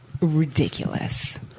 ridiculous